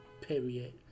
period